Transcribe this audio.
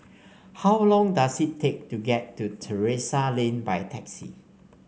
how long does it take to get to Terrasse Lane by taxi